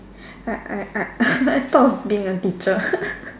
I I I I thought of being a teacher